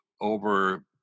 over